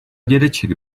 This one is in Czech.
dědeček